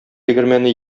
тегермәне